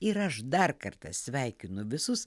ir aš dar kartą sveikinu visus